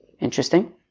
Interesting